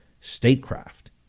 statecraft